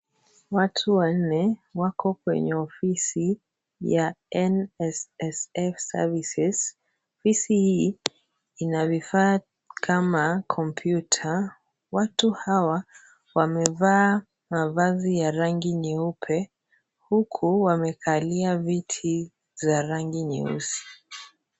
Watu wanne wako kwenye ofisi ya NSSF Services . Ofisi hii ina vifaa kama kompyuta, watu hawa wamevaa mavazi ya rangi nyeupe huku wamekalia viti za rangi nyeusi.